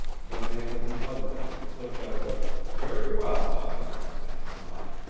the man at the other end clipped out a very well, madam, and hung up.